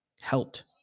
helped